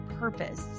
purpose